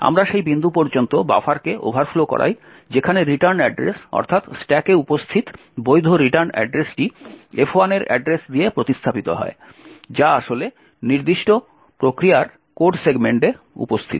আমরা সেই বিন্দু পর্যন্ত বাফারকে ওভারফ্লো করাই যেখানে রিটার্ন অ্যাড্রেস অর্থাৎ স্ট্যাকে উপস্থিত বৈধ রিটার্ন অ্যাড্রেসটি F1 এর অ্যাড্রেস দিয়ে প্রতিস্থাপিত হয় যা আসলে নির্দিষ্ট প্রক্রিয়ার কোড সেগমেন্টে উপস্থিত